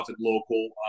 local